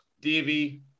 Davey